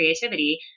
creativity